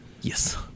Yes